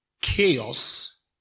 chaos